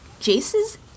Jace's